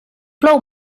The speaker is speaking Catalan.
plou